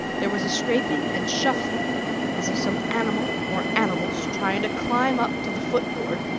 there was a scraping and shuffling as of some animal or animals trying to climb up to the footboard.